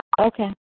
Okay